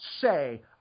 say